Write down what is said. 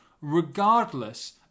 Regardless